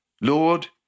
Lord